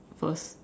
first